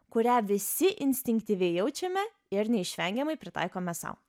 kurią visi instinktyviai jaučiame ir neišvengiamai pritaikome sau